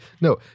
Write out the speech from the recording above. No